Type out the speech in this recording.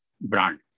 brand